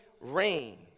rain